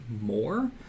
more